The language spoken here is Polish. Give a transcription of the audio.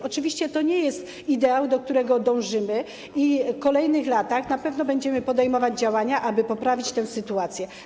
Oczywiście to nie jest jeszcze ideał, do którego dążymy, i w kolejnych latach na pewno będziemy podejmować działania, aby poprawić tę sytuację.